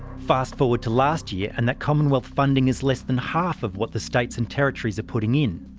fast forward to last year, and that commonwealth funding is less than half of what the states and territories are putting in.